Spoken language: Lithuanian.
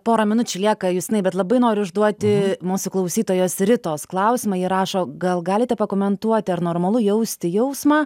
pora minučių lieka justinai bet labai noriu užduoti mūsų klausytojos ritos klausimą ji rašo gal galite pakomentuoti ar normalu jausti jausmą